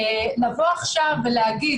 לבוא עכשיו ולהגיד,